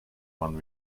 when